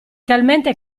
talmente